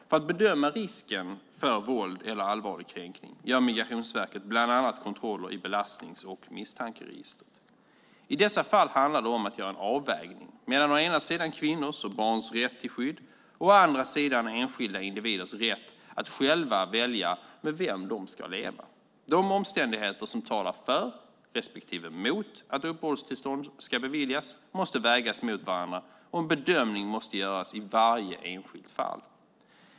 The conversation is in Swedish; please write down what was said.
För att bedöma risken för våld eller allvarlig kränkning gör Migrationsverket bland annat kontroller i belastnings och misstankeregistret. I dessa fall handlar det om att göra en avvägning mellan å ena sidan kvinnors och barns rätt till skydd och å andra sidan enskilda individers rätt att själva välja med vem de ska leva. De omständigheter som talar för respektive mot att uppehållstillstånd ska beviljas måste vägas mot varandra, och en bedömning måste göras i varje enskilt fall.